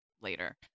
later